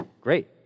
Great